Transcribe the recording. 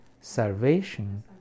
salvation